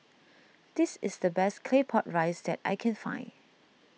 this is the best Claypot Rice that I can find